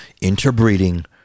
interbreeding